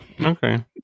Okay